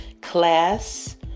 class